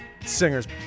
singers